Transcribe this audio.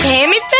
Tammy